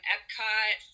Epcot